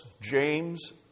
James